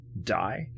Die